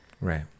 right